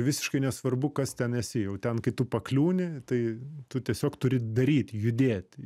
visiškai nesvarbu kas ten esi jau ten kai tu pakliūni tai tu tiesiog turi daryt judėti